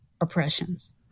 oppressions